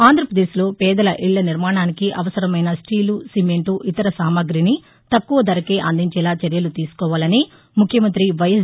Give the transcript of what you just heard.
ఆంధ్రప్రదేశ్లో పేదల ఇళ్ల నిర్మాణానికి అవసరమైన స్టీలు సిమెంట్ ఇతర సామగ్రిని తక్కువ ధరకే అందించేలా చర్యలు తీసుకోవాలని ముఖ్యమంతి వైఎస్